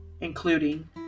including